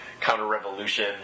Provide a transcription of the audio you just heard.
counter-revolution